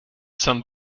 some